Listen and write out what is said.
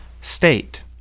state